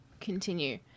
continue